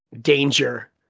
danger